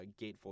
gatefold